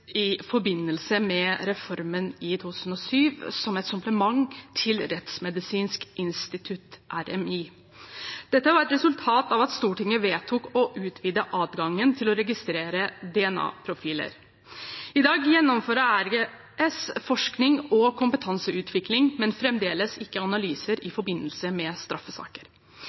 i forbindelse med reformen i 2007, som et supplement til Rettsmedisinsk institutt, RMI. Dette var et resultat av at Stortinget vedtok å utvide adgangen til å registrere DNA-profiler. I dag gjennomfører RGS forskning og kompetanseutvikling, men fremdeles ikke analyser i forbindelse med straffesaker.